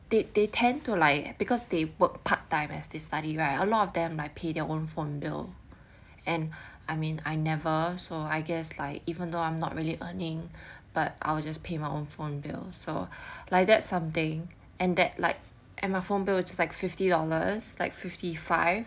they they tend to like because they work part time as they study right a lot of them like pay their own phone bill and I mean I never so I guess like even though I'm not really earning but I will just pay my own phone bill so like something and that like and my phone bill which is like fifty dollars like fifty five